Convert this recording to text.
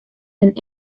bin